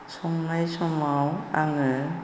संनाय समाव आङो